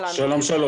בוקר טוב.